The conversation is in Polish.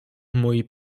moi